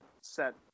set